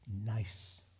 nice